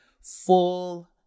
full